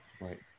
Right